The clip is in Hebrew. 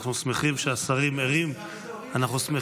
אנחנו שמחים שהשרים ערים ומאזינים.